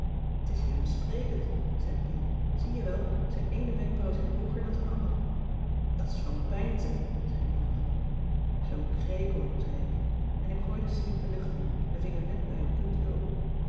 t is hem sprekend zei pien zie je wel zijn eene wenkbrauw zit hooger dan z'n andere dat is van t peinzen zei noor zoo'n krekel zei ik en ik gooide smidt de lucht in en ving hem net bij een punt weer op